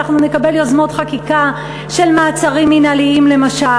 אנחנו נקבל יוזמות חקיקה של מעצרים מינהליים למשל,